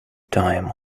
time